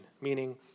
meaning